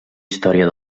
història